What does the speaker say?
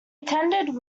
attended